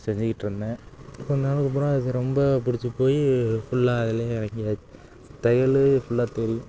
செஞ்சுக்கிட்டிருந்தேன் கொஞ்சம் நாளுக்கப்புறம் அது ரொம்ப பிடிச்சு போயி ஃபுல்லாக அதில் இறங்கியாச்சு தையல் ஃபுல்லாக தெரியும்